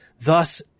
Thus